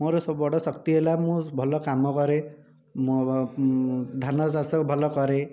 ମୋର ସବ ବଡ଼ ଶକ୍ତି ହେଲା ମୁଁ ଭଲ କାମ କରେ ମୋ ଧାନ ଚାଷ ଭଲ କରେ